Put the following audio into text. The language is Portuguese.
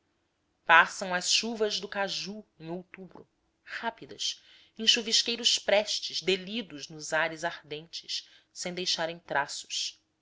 passam as chuvas do caju em outubro rápidas em chuvisqueiros prestes delidos nos ares ardentes sem deixarem traços